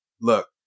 look